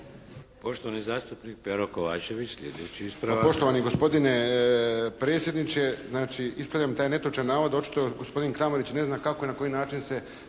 Poštovani zastupnik Pero Kovačević, sljedeći ispravak